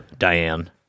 Diane